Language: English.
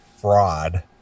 fraud